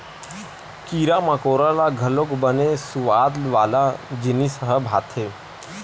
कीरा मकोरा ल घलोक बने सुवाद वाला जिनिस ह भाथे